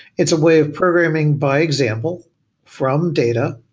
it's a way of programming by example from data,